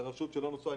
זו רשות שלא נוספו לה